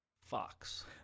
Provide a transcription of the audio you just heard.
fox